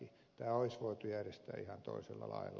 tämä olisi voitu järjestää ihan toisella lailla